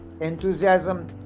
enthusiasm